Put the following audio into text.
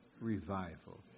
revival